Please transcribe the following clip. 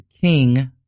king